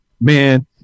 man